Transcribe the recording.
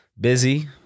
busy